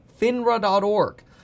finra.org